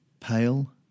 pale